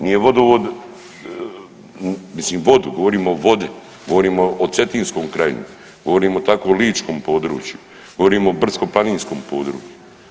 Nije vodovod, mislim vodu, govorim o vodi, govorim o Cetinskoj krajini, govorim o tako ličkom području, govorim o brdsko-planinskom području.